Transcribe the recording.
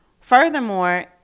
Furthermore